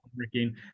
working